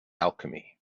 alchemy